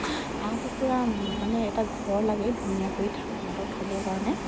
হাঁহ কুকুৰা মানে এটা ঘৰ লাগে ধুনীয়াকৈ সিহঁতক থ'বৰ কাৰণে